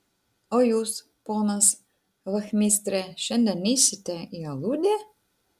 o jūs ponas vachmistre šiandien neisite į aludę